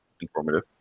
informative